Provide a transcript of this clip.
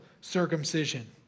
circumcision